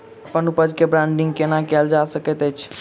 अप्पन उपज केँ ब्रांडिंग केना कैल जा सकैत अछि?